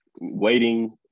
waiting